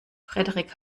frederik